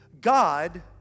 God